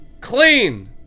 clean